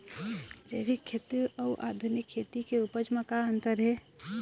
जैविक खेती अउ आधुनिक खेती के उपज म का अंतर हे?